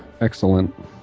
Excellent